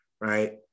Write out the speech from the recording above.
right